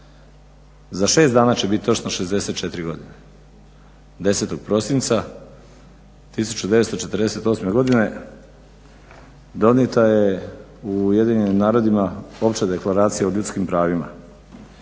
za 6 dana će bit točno 64 godine, 10. prosinca 1948. godine donijeta je u Ujedinjenim narodima Opća deklaracija o ljudskim pravima